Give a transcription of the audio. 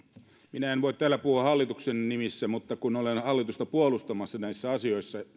minä en voi täällä puhua hallituksen nimissä mutta kun olen hallitusta puolustamassa näissä asioissa ja